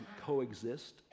coexist